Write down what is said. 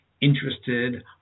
interested